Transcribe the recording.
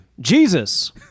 Jesus